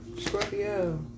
Scorpio